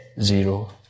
zero